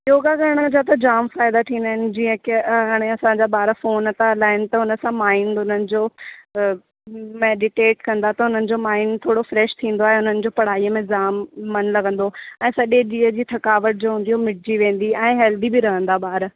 योगा करण जा जाम फ़ाइदा थींदा आहिनि जीअं की हाणे असांजा ॿार फ़ोन था हलाइन त हुनसां माइंड हुननि जो मेडिटेट कंदा त हुननि जो माइंड थोरो फ़्रेश थींदो ऐं हुनजो पढ़ाईअ में जाम मन लगंदो ऐं सजे ॾींहुं जी थकावट जो हूदी मिटजी वेंदी ऐं हेल्दी बि रहंदा ॿार